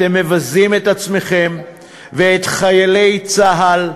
אתם מבזים את עצמכם ואת חיילי צה"ל,